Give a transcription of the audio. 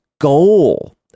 goal